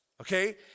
okay